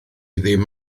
ddim